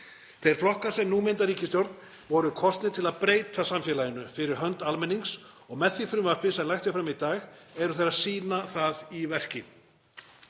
Þeir flokkar sem nú mynda ríkisstjórn voru kosnir til að breyta samfélaginu fyrir hönd almennings og með því frumvarpi sem lagt er fram í dag eru þeir að sýna það í verki.